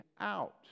out